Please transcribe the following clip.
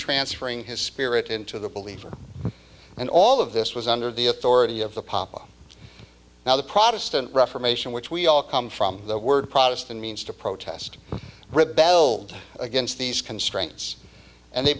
transferring his spirit into the believer and all of this was under the authority of the papa now the protestant reformation which we all come from the word protestant means to protest rebelled against these constraints and they